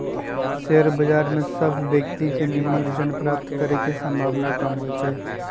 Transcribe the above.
share बजार में सभ व्यक्तिय के निम्मन रिटर्न प्राप्त करे के संभावना कम होइ छइ